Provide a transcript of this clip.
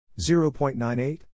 0.98